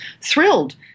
thrilled